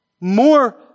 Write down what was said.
more